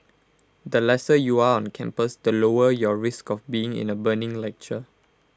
the lesser you are on campus the lower your risk of being in A burning lecture